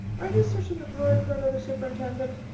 are you searching hard for another superintendent?